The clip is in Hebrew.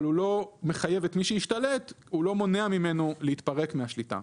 הוא לא מחייב את מי שהשתלט והוא לא מונע ממנו להתפרק מהשליטה.